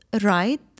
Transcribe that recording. right